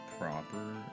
proper